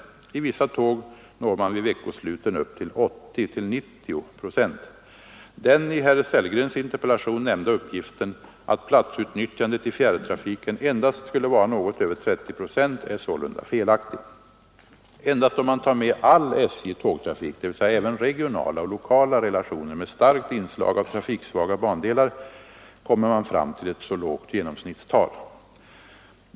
I vissa tåg når man vid veckosluten upp till 80—90 procent. Den i herr Sellgrens interpellation nämnda uppgiften att platsutnyttjandet i fjärrtrafiken endast skulle vara något över 30 procent är sålunda felaktig. Endast om man tar med all SJ:s tågtrafik, dvs. även regionala och lokala relationer med starkt inslag av trafiksvaga bandelar, kommer man fram till ett så lågt genomsnittstal.